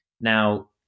Now